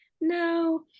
no